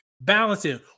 balancing